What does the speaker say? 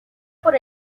por